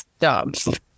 jobs